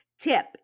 Tip